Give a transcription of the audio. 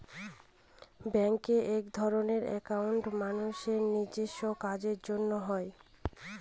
ব্যাঙ্কে একধরনের একাউন্ট মানুষের নিজেস্ব কাজের জন্য হয়